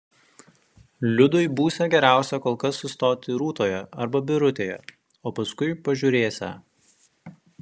liudui būsią geriausia kol kas sustoti rūtoje arba birutėje o paskui pažiūrėsią